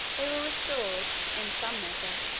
they were restored, in some measure,